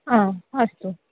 आम् अस्तु